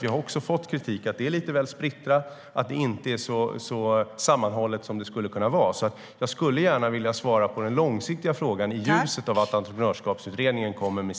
Vi har fått kritik för att det är lite väl splittrat och inte så sammanhållet som det skulle kunna vara. Jag vill gärna svara på frågan om långsiktighet i ljuset av att Entreprenörskapsutredningen kommer med